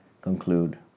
conclude